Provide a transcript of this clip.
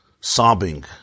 sobbing